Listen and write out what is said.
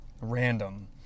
random